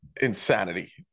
insanity